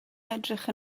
edrych